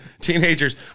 Teenagers